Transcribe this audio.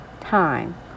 Time